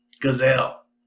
gazelle